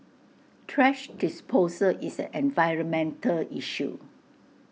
thrash disposal is environmental issue